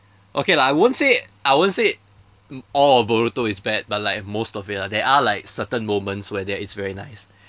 okay lah I won't say I won't say all of boruto is bad but like most of it lah there are like certain moments where that it's very nice